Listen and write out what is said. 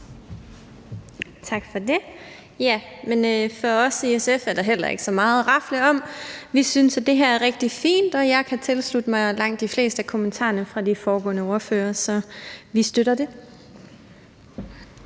Tak for det. For os i SF er der heller ikke så meget at rafle om. Vi synes, at det her er rigtig fint, og jeg kan tilslutte mig langt de fleste af kommentarerne fra de foregående ordførere. Så vi støtter det.